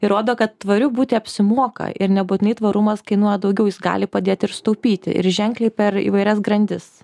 įrodo kad tvariu būti apsimoka ir nebūtinai tvarumas kainuoja daugiau jis gali padėti ir sutaupyti ir ženkliai per įvairias grandis